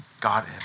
God